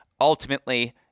ultimately